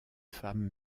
femmes